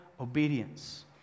Obedience